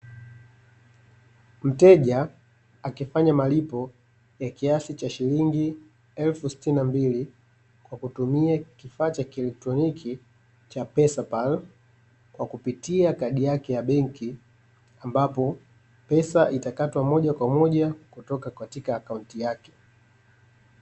Mteja akifanya malipo ya kiasi cha shilingi elfu sitini na mbili kwa kutumia kifaa cha kieletroniki cha pesa pali kwa kupitia kadi yake ya bank ambapo pesa itakatwa moja kwa moja kutoka katika akaunti yake.